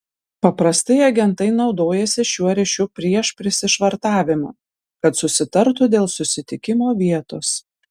paprastai agentai naudojasi šiuo ryšiu prieš prisišvartavimą kad susitartų dėl susitikimo vietos